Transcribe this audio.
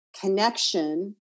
connection